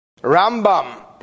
Rambam